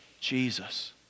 Jesus